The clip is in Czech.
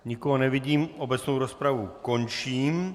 Nikoho nevidím, obecnou rozpravu končím.